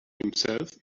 himself